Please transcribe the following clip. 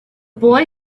boy